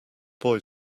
boy